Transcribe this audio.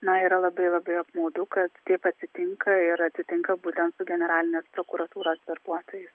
na yra labai labai apmaudu kad taip atsitinka ir atsitinka būtent generalinės prokuratūros darbuotojui